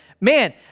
man